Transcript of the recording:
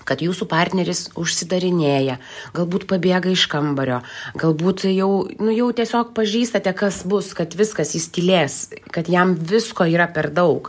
kad jūsų partneris užsidarinėja galbūt pabėga iš kambario galbūt jau nu jau tiesiog pažįstate kas bus kad viskas jis tylės kad jam visko yra per daug